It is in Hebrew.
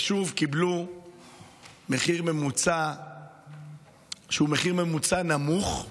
ושוב קיבלו מחיר ממוצע שהוא מחיר ממוצע נמוך.